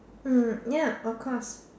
hmm ya of course